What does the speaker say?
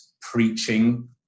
preaching